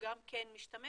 שמשתמש